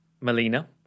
Melina